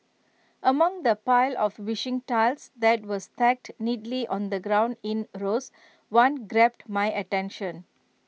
among the pile of wishing tiles that were stacked neatly on the ground in rows one grabbed my attention